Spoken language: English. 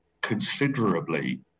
considerably